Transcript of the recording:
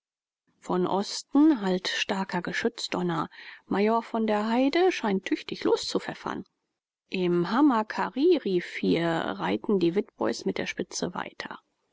von osten hallt starker geschützdonner major von der heyde scheint tüchtig loszupfeffern im hamakaririvier reiten die witbois mit der spitze weiter